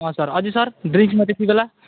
अँ सर अझै सर ड्रिङ्समा त्यति बेला